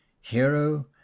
hero